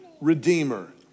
redeemer